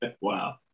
Wow